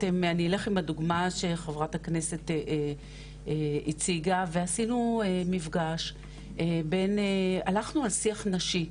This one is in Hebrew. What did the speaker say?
אני אלך עם הדוגמה שחברת הכנסת הציגה ועשינו מפגש הלכנו על שיח נשי,